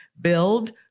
Build